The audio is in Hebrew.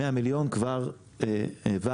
100 מיליון כבר העברנו.